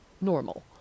normal